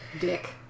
Dick